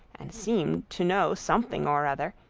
and seemed to know something or other,